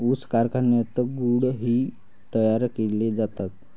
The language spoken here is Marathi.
ऊस कारखान्यात गुळ ही तयार केले जातात